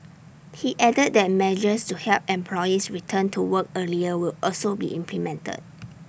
he added that measures to help employees return to work earlier will also be implemented